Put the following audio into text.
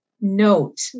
note